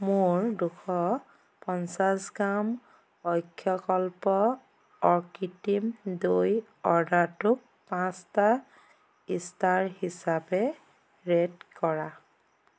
মোৰ দুশ পঞ্চাছ গ্ৰাম অক্ষয়কল্প অকৃত্ৰিম দৈ অৰ্ডাৰটোক পাঁচটা ইষ্টাৰ হিচাপে ৰেট কৰা